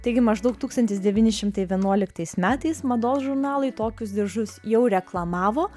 taigi maždaug tūkstantis devyni šimtai vienuolikatais metais mados žurnalai tokius diržus jau reklamavo